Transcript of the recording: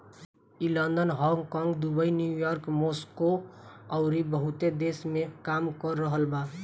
ई London, Hong Kong, Dubai, New York, Moscow अउरी बहुते देश में काम कर रहल बा